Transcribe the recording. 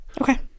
Okay